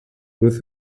with